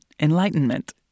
enlightenment